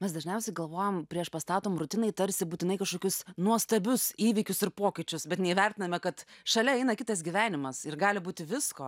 mes dažniausiai galvojam priešpastatom rutiną į tarsi būtinai kažkokius nuostabius įvykius ir pokyčius bet neįvertiname kad šalia eina kitas gyvenimas ir gali būti visko